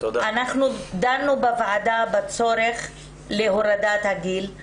אנחנו דנו בוועדה בצורך להורדת הגיל.